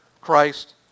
Christ